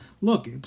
Look